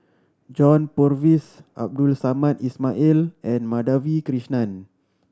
John Purvis Abdul Samad Ismail and Madhavi Krishnan